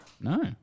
No